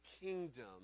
kingdom